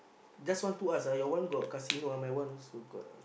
just want to ask ah your one got casino ah my one also got ah